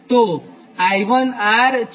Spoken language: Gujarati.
તોઆ I1R છે